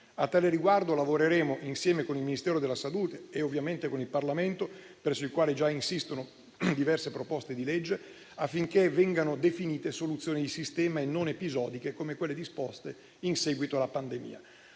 A tal riguardo lavoreremo, insieme con il Ministero della salute e ovviamente con il Parlamento, presso il quale già insistono diverse proposte di legge, affinché vengano definite soluzioni di sistema e non episodiche come quelle disposte in seguito alla pandemia.